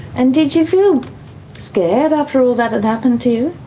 and did you feel scared after all that had happened to you?